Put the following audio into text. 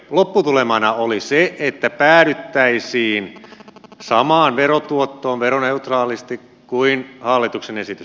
lopputulemana oli se että päädyttäisiin samaan verotuottoon veroneutraalisti kuin hallituksen esitys